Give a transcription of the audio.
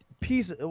piece